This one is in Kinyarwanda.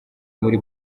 muri